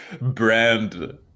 brand